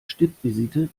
stippvisite